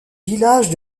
village